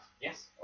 Yes